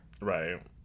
Right